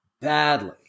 badly